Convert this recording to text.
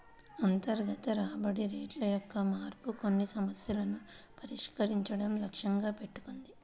అంతర్గత రాబడి రేటు యొక్క మార్పు కొన్ని సమస్యలను పరిష్కరించడం లక్ష్యంగా పెట్టుకుంది